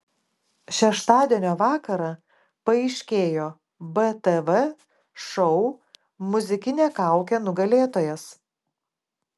šeštadienio vakarą paaiškėjo btv šou muzikinė kaukė nugalėtojas